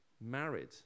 married